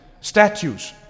statues